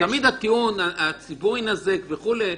תמיד הטיעון "הציבור יינזק" וכדומה.